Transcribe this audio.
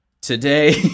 today